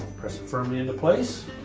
press it firmly into place.